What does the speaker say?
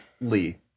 Lee